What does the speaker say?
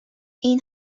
این